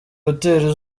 hoteli